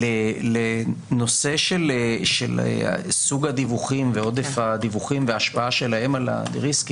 לנושא של סוג הדיווחים ועודף הדיווחים וההשפעה שלהם על ה-de-risking